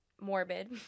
morbid